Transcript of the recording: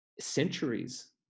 centuries